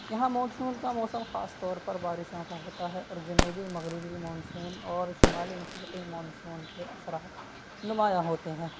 یہاں مونسون کا موسم خاص طور پر بارشوں کا ہوتا ہے اور جنوبی مغربی مونسون اور شمالی مشرقی مونسون کے اثرات نمایاں ہوتے ہیں